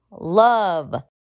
Love